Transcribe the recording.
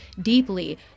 deeply